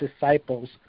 disciples